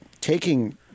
taking